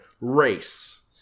race